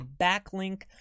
backlink